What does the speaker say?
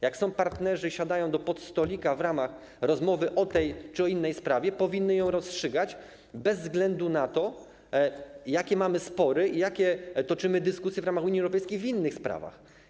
Jak partnerzy siadają do podstolika w ramach rozmowy o tej czy o innej sprawie, powinni ją rozstrzygać bez względu na to, jakie mamy spory i jakie toczymy dyskusje w ramach Unii Europejskiej w innych sprawach.